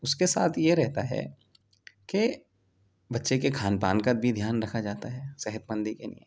اس کے ساتھ یہ رہتا ہے کہ بچے کے کھان پان کا بھی دھیان رکھا جاتا ہے صحت مندی کے لیے